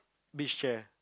beach share